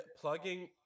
plugging